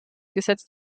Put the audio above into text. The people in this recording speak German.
gesetz